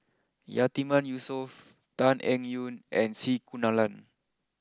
Yatiman Yusof Tan Eng Yoon and C Kunalan